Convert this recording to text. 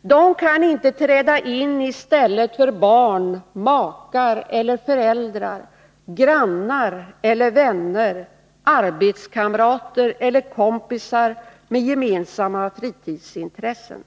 Den kan inte träda in i stället för barn, makar eller föräldrar, grannar eller vänner, arbetskamrater eller kompisar med gemensamma fritidsintressen.